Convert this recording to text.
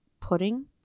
pudding